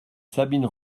sabine